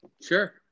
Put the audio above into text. sure